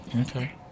Okay